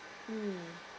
mm